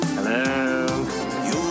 Hello